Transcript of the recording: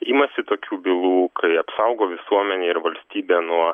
imasi tokių bylų kai apsaugo visuomenę ir valstybę nuo